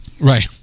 right